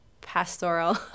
pastoral